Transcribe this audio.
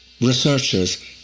researchers